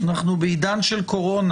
אנחנו בעידן של קורונה,